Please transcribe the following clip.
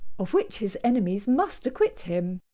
of which his enemies must acquit him.